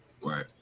Right